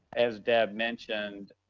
as deb mentioned,